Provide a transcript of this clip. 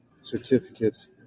certificates